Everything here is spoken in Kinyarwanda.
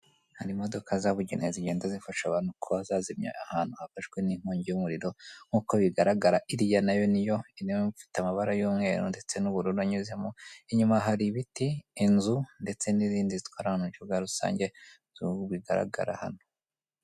Hari imodoka zabugenewe zigenda zifasha abantu kuba zazimya ahantu hafashwe n'inkongi y'umuriro, nk'uko bigaragara iriya na yo niyo, ifite amabara y'umweru ndetse n'ubururu anyuzemo, inyuma hari ibiti ,inzu ndetse n'izindi zitwara abantu mu buryo bwa rusange bigaragara hano.